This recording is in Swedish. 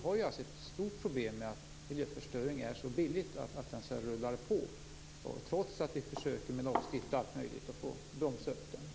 Vi har ett stort problem med att miljöförstöring är så billigt att den rullar på, trots att vi med lagstiftning och allt möjligt försöker att bromsa upp den.